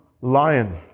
lion